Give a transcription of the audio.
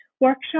workshop